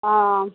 অঁ